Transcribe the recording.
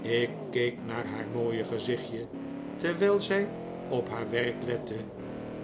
ik keek naar haar mooie gezichtje terwijl zij op haar werk lette